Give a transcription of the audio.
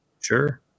Sure